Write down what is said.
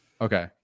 Okay